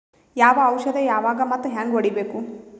ಯಾವ ಔಷದ ಯಾವಾಗ ಮತ್ ಹ್ಯಾಂಗ್ ಹೊಡಿಬೇಕು?